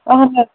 اَہن حظ